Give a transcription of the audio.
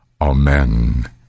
amen